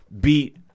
beat